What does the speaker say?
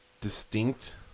distinct